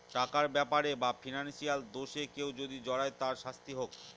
টাকার ব্যাপারে বা ফিনান্সিয়াল দোষে কেউ যদি জড়ায় তার শাস্তি হোক